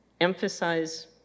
emphasize